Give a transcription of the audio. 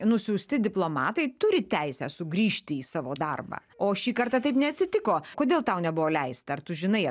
nusiųsti diplomatai turi teisę sugrįžti į savo darbą o šį kartą taip neatsitiko kodėl tau nebuvo leista ar tu žinai